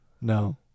No